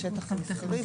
השטח המסחרי,